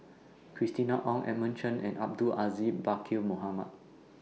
Christina Ong Edmund Cheng and Abdul Aziz Pakkeer Mohamed